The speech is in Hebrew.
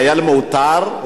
חייל מעוטר,